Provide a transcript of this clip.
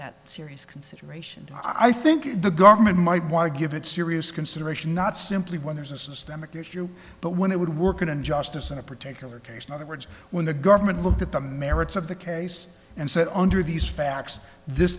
that serious consideration i think the government might want to give it serious consideration not simply when there's a systemic issue but when it would work in justice in a particular case not the words when the government looked at the merits of the case and said under these facts this